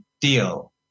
deal